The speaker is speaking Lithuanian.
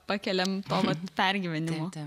pakeliam to vat pergyvenimo